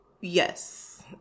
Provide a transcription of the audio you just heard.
Yes